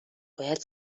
باید